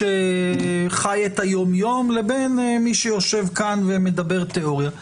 שחי את היום יום לבין מי שיושב כאן ומדבר תיאוריה.